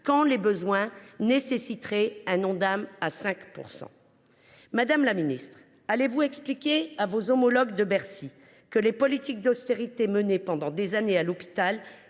quand les besoins nécessiteraient une augmentation de 5 %. Madame la ministre, allez vous expliquer à vos homologues de Bercy que les politiques d’austérité menées pendant des années à l’hôpital